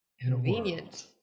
Convenient